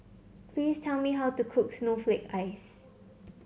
please tell me how to cook Snowflake Ice